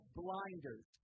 blinders